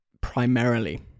primarily